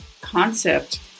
concept